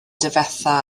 difetha